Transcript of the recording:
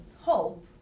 hope